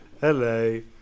Hello